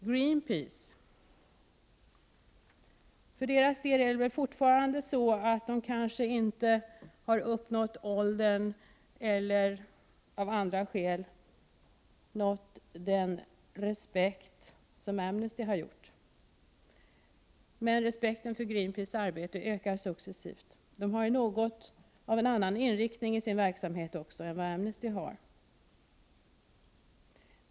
Greenpeace har kanske ännu inte uppnått åldern eller av andra skäl nått den respekt som Amnesty har gjort, men respekten för Greenpeaces arbete ökar successivt. Denna organisation har något av en annan inriktning i sin verksamhet än Amnesty har.